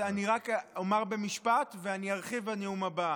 אני רק אומר במשפט וארחיב בנאום הבא.